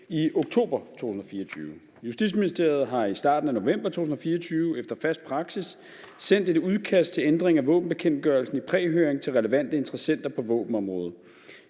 i oktober 2024. Justitsministeriet har i starten af november 2024 efter fast praksis sendt et udkast til ændring af våbenbekendtgørelsen i præhøring til relevante interessenter på våbenområdet.